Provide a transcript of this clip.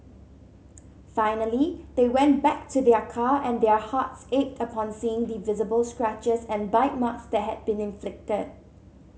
finally they went back to their car and their hearts ached upon seeing the visible scratches and bite marks that had been inflicted